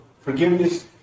forgiveness